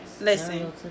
Listen